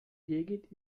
birgit